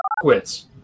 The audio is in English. quits